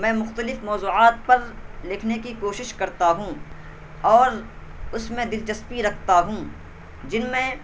میں مختلف موضوعات پر لکھنے کی کوشش کرتا ہوں اور اس میں دلچسپی رکھتا ہوں جن میں